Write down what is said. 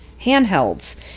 handhelds